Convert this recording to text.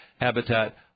Habitat